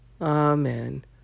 Amen